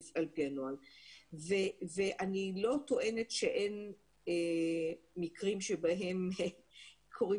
אני לא טוענת שאין מקרים שבהם קורים